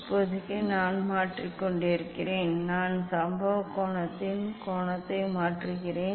இப்போதைக்கு நான் மாற்றிக் கொண்டிருக்கிறேன் நான் சம்பவ கோணத்தின் கோணத்தை மாற்றுகிறேன்